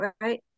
right